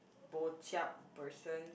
bo chup person